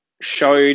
showed